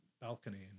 balcony